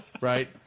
right